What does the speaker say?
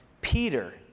Peter